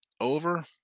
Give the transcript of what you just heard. Over